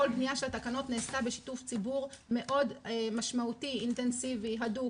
כל הבנייה של התקנות נעשתה בשיתוף ציבור משמעותי מאוד ואינטנסיבי הדוק.